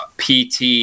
PT